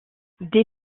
des